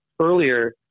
earlier